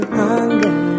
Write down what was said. hunger